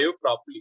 properly